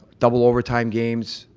double overtime games,